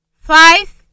Five